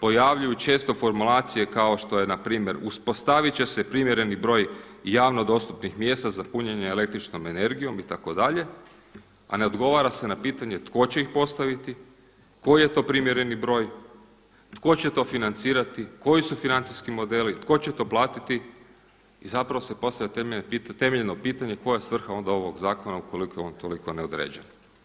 pojavljuju često formulacije kao što je npr. uspostavit će se primjereni broj javno dostupnih mjesta za punjenje električnom energijom itd., a ne odgovara se na pitanje tko će ih postaviti, koji je to primjereni broj, tko će to financirati, koji su financijski modeli, tko će to platiti i zapravo se postavlja temeljno pitanje koja je svrha onda ovog zakona ukoliko je on toliko neodređen.